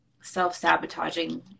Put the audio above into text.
self-sabotaging